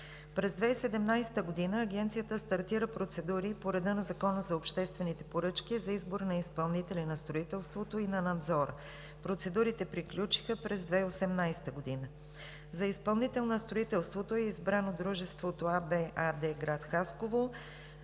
През 2017 г. Агенцията стартира процедури по реда на Закона за обществените поръчки за избор на изпълнители на строителството и на надзора. Процедурите приключиха през 2018 г. За изпълнител на строителството е избрано дружеството АБ АД – град Хасково,